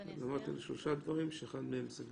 תן לי את כל הדיווחים שדיווחת לרשות לאיסור הלבנת הון.